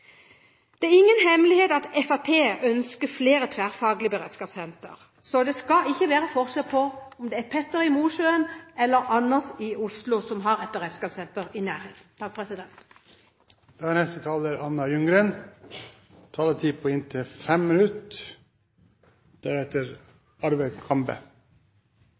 Det er ingen hemmelighet at Fremskrittspartiet ønsker flere tverrfaglige beredskapssentre. Det skal ikke være forskjell – om det er Petter i Mosjøen eller Anders i Oslo – med hensyn til å ha et beredskapssenter i nærheten. Å sørge for trygghet i samfunnet er